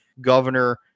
governor